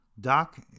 doc